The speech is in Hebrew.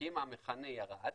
כי אם המכנה ירד